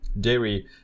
dairy